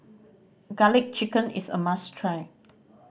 Garlic Chicken is a must try